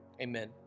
amen